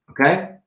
okay